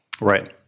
Right